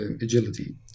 agility